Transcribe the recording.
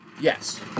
Yes